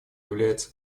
является